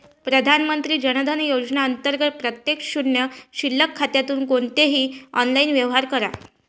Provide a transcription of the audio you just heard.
प्रधानमंत्री जन धन योजना अंतर्गत प्रत्येक शून्य शिल्लक खात्यातून कोणतेही ऑनलाइन व्यवहार करा